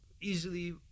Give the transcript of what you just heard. easily